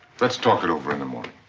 let's talk it over in the morning,